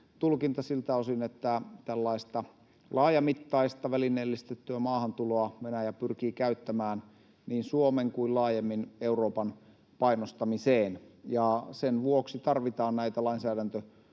tulkinta siltä osin, että tällaista laajamittaista välineellistettyä maahantuloa Venäjä pyrkii käyttämään niin Suomen kuin laajemmin Euroopan painostamiseen. Sen vuoksi tarvitaan näitä lainsäädäntömuutoksia,